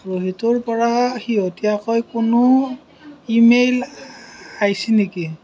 ৰোহিতৰ পৰা শেহতীয়াকৈ কোনো ইমেইল আহিছে নেকি